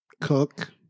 Cook